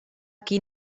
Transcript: qui